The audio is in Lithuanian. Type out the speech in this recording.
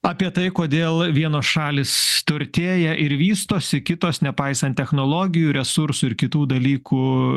apie tai kodėl vienos šalys turtėja ir vystosi kitos nepaisant technologijų resursų ir kitų dalykų